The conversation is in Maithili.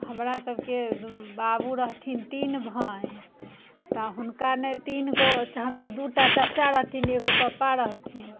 हमरा सबके बाबू रहथिन तीन भाय तऽ हुनका ने तीन गो हमर दूटा चच्चा रहथिन एगो पप्पा रहथिन